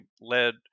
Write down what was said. led